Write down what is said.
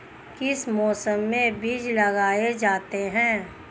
किस मौसम में बीज लगाए जाते हैं?